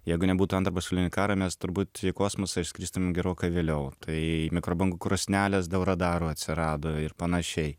jeigu nebūtų antro pasaulinio karo mes turbūt į kosmosą išskristumėm gerokai vėliau tai mikrobangų krosnelės dėl radarų atsirado ir panašiai